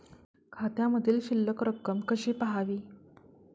खात्यामधील शिल्लक रक्कम कशी पहावी?